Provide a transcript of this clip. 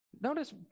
notice